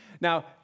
Now